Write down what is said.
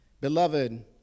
Beloved